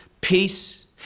peace